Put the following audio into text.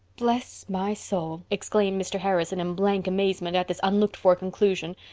bless my soul, exclaimed mr. harrison, in blank amazement at this unlooked-for conclusion.